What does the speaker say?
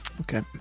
Okay